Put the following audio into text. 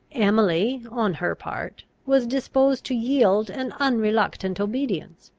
emily, on her part, was disposed to yield an unreluctant obedience,